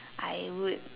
I would